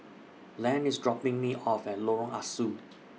Len IS dropping Me off At Lorong Ah Soo